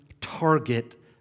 target